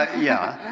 ah yeah.